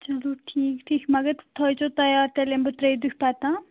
چلو ٹھیٖک ٹھیٖک مگر تھٲوِزیٚو تَیار تیٚلہِ یِمہٕ بہٕ ترٛیٚیہِ دۅہۍ پَتہٕ تام